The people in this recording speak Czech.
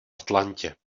atlantě